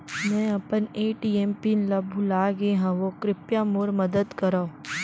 मै अपन ATM pin ला भूलागे हव, कृपया मोर मदद करव